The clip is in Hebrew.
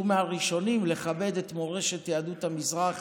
שהוא מהראשונים לכבד את מורשת יהדות המזרח